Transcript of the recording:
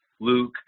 luke